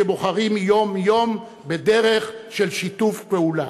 שבוחרים יום-יום בדרך של שיתוף פעולה.